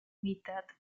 mitad